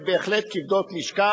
שהן בהחלט כבדות משקל,